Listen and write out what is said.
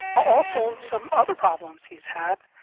also some other problems he's had,